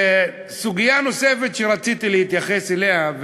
סוגיה נוספת שרציתי להתייחס אליה,